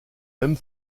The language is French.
mêmes